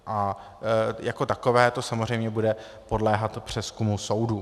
A jako takové to samozřejmě bude podléhat přezkumu soudu.